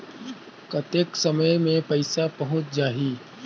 कतेक समय मे पइसा पहुंच जाही?